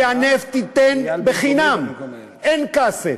והנפט יינתן חינם אין כסף,